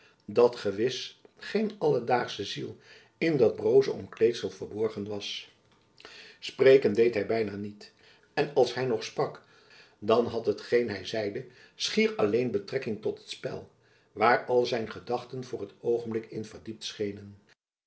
dat gewis geen alledaagsche ziel in dat broze omkleedsel verborgen was spreken deed hy byna niet en als hy nog sprak dan had hetgeen hy zeide schier alleen betrekking tot het spel waar al zijn gedachten voor t oogenblik in verdiept schenen